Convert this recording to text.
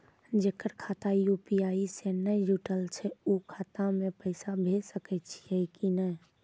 जेकर खाता यु.पी.आई से नैय जुटल छै उ खाता मे पैसा भेज सकै छियै कि नै?